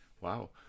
Wow